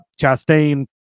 Chastain